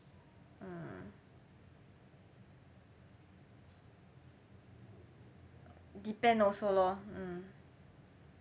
mm depends also lor mm